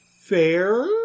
fair